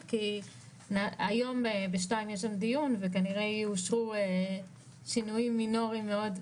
כי היום בשתיים יש דיון וכנראה יאושרו שינויים מינוריים מאוד,